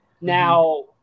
Now